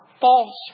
false